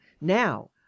now